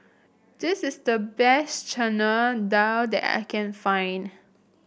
this is the best Chana Dal that I can find